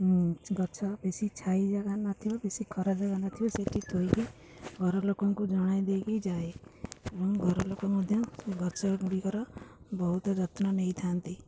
ଗଛ ବେଶି ଛାଇ ଜାଗା ନଥିବ ବେଶୀ ଖରା ଜାଗା ନଥିବ ସେଇଠି ଥୋଇକି ଘରଲୋକଙ୍କୁ ଜଣାଇ ଦେଇକି ଯାଏ ଏବଂ ଘରଲୋକ ମଧ୍ୟ ସେ ଗଛଗୁଡ଼ିକର ବହୁତ ଯତ୍ନ ନେଇଥାନ୍ତି